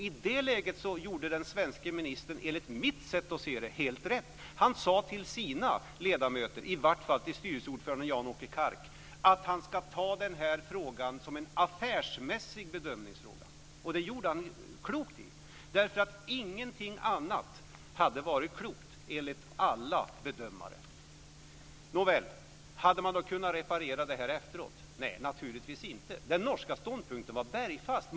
I det läget gjorde ministern, enligt mitt sätt att se det, helt rätt. Han sade till sina ledamöter - i varje fall till styrelseordföranden Jan-Åke Kark - att ta frågan som en affärsmässig bedömningsfråga. Det var klokt. Ingenting annat hade, enligt alla bedömare, varit klokt. Nåväl! Hade det gått att kunnat reparera detta efteråt? Nej, naturligtvis inte. Den norska ståndpunkten var bergfast.